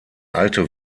alte